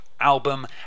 Album